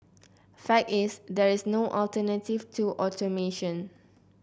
fact is there is no alternative to automation